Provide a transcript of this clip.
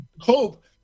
hope